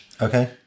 Okay